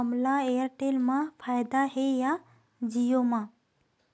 हमला एयरटेल मा फ़ायदा हे या जिओ मा?